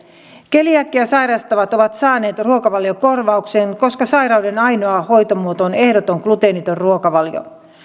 keliakiaa sairastavat ovat saaneet ruokavaliokorvauksen koska sairauden ainoa hoitomuoto on ehdoton gluteeniton ruokavalio